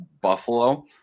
Buffalo